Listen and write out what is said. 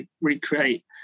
recreate